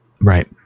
Right